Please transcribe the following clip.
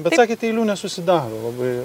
bet sakėt eilių nesusidaro labai